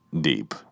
deep